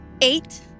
eight